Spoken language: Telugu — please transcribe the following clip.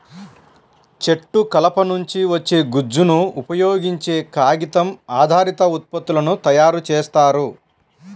చెట్టు కలప నుంచి వచ్చే గుజ్జును ఉపయోగించే కాగితం ఆధారిత ఉత్పత్తులను తయారు చేస్తారు